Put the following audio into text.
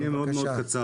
אני אהיה מאוד קצר,